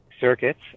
circuits